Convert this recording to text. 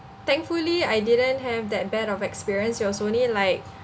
thankfully I didn't have that bad of experience it was only like